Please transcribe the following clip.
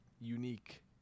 unique